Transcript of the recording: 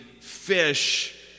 fish